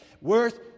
worth